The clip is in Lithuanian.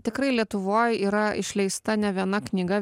tikrai lietuvoj yra išleista ne viena knyga